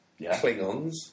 Klingons